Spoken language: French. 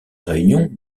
réunion